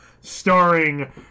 starring